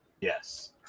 yes